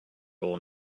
all